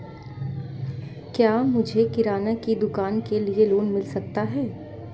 क्या मुझे किराना की दुकान के लिए लोंन मिल सकता है?